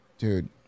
Dude